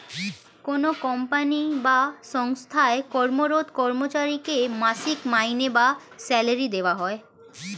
কোনো কোম্পানি বা সঙ্গস্থায় কর্মরত কর্মচারীকে মাসিক মাইনে বা স্যালারি দেওয়া হয়